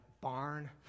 barn